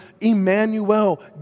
Emmanuel